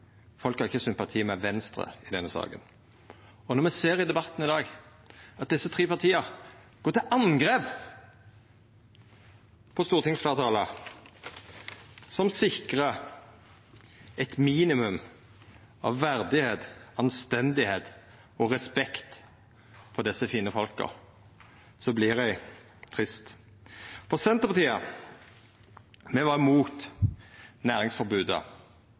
Og når me ser i debatten i dag at desse tre partia går til angrep på stortingsfleirtalet, som sikrar eit minimum av verdigheit, anstendigheit og respekt for desse fine folka, vert eg trist. Senterpartiet var imot næringsforbodet.